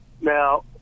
now